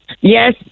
Yes